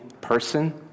person